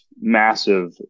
massive